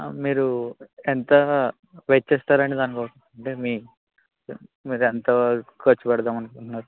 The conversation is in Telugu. మీరు ఎంత వెచ్చిస్తారు అండి దానికోసం అంటే మీ మీరు ఎంత ఖర్చుపెడదాం అనుకుంటున్నారు